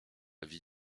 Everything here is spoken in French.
vie